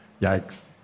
Yikes